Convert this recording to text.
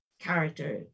character